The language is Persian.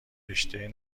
رشتهء